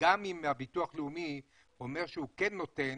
שגם אם הביטוח הלאומי אומר שהוא כן נותן,